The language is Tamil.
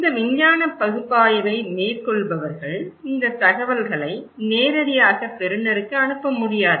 இந்த விஞ்ஞான பகுப்பாய்வை மேற்கொள்பவர்கள் இந்த தகவல்களை நேரடியாக பெறுநருக்கு அனுப்ப முடியாது